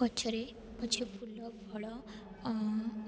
ଗଛରେ ପଛେ ଫୁଲ ଫଳ